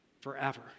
forever